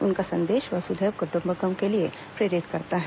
उनका संदेश वसुधैव कुटुम्बकम के लिए प्रेरित करता है